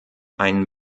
einen